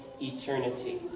eternity